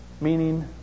meaning